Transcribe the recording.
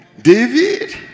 David